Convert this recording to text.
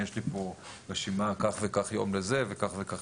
יש לי פה רשימה על כך וכך יום לזה וכך וכך